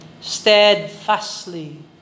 Steadfastly